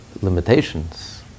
limitations